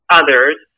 others